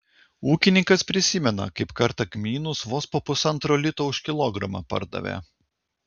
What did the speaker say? ūkininkas prisimena kaip kartą kmynus vos po pusantro lito už kilogramą pardavė